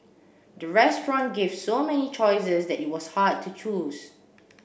the restaurant gave so many choices that it was hard to choose